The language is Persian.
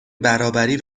برابری